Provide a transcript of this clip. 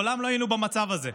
מעולם לא היינו במצב הזה: